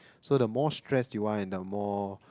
so the boss stress you are ended up more